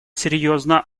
серьезно